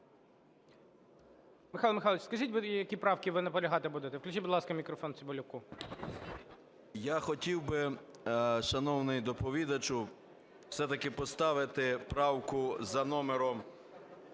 Михайло Михайлович, скажіть, які правки ви наполягати будете. Включіть, будь ласка, мікрофон Цимбалюку. 11:50:24 ЦИМБАЛЮК М.М. Я хотів би, шановний доповідачу, все-таки поставити правку за номером